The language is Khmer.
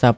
០។